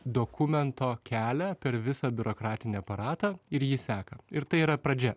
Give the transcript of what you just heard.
dokumento kelią per visą biurokratinį aparatą ir jį seka ir tai yra pradžia